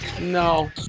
No